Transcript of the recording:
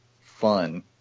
fun